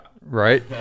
right